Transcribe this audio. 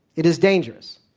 it is dangerous,